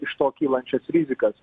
iš to kylančias rizikas